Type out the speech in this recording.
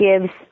gives